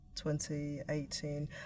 2018